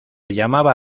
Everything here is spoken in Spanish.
llama